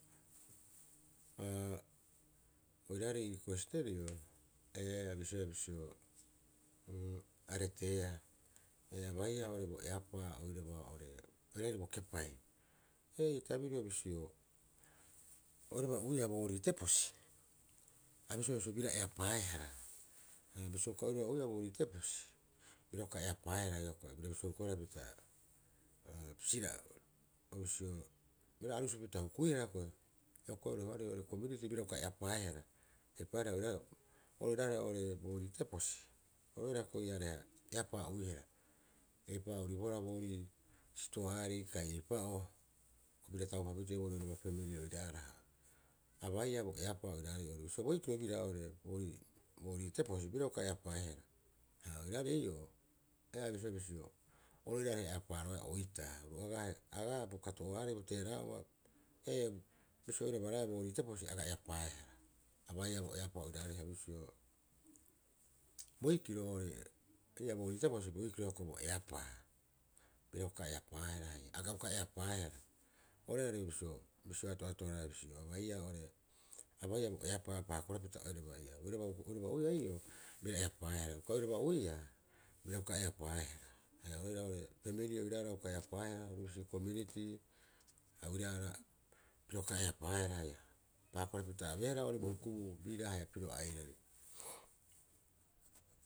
Oiraarei ii kuesterio ee abisioe bisio- bisio areteea ia baia oo'ore bo eapa oiraba oo'ore oiraba bokepai. Hioko'i ii tabirio bisio, oiraba uiia boorii teposi abisioea bisio bira eapaaehara, ha bisio uka oiraba uiia boorii teeposi bira uka eapaaehara hioko'i bira bisio hukuihara pita bira arusupito hukuira hioko'i. Hioko'i roheoarei komiuniti bira uka eapaaehara eipaareho iraare oo'ore boorii teposi oru oira hioko'i ii'aa iareha eapaa'uihara epa ouriboharoi boorii sitoarei kai eipa'oo bira taupapitee oiraba pemelii oira'ara abaia eapaa oiraarei. Bisio boikiro bira oo'ore boori teposi bira uka eapaaehara ha oiraarei ii'oo ee abisioea bisio iora are eapaaroea oitaa, oru agaa bo koto'ourei bo teera'a'oa bisio oiraba raea boorii teposi aga eapaaehara abaia bo eapaa oiraarei ha bisio boikiro oo'ore ii'aa booriteposi boikiro bo eapaa aga uka eapaaehara oru oira are bisio ato'atoraea bisio abaia oo'ore abaia bo eapaa paakorapita oiraba uiia ii'oo bira eapaaehara uka oriaba uiia bira uka eapaaehara haia oira pemelii oira'ara a uka eapaaehara. Orubisi kominitii oira pirio uka piro uka eapaaehara haia paakorapito abeehara bo hukubuu bira haia pirio airari.